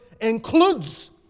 includes